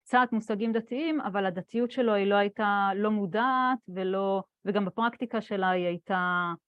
קצת מושגים דתיים, אבל הדתיות שלו היא לא הייתה לא מודעת וגם בפרקטיקה שלה היא הייתה